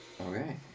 okay